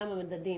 אלה המדדים,